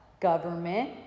government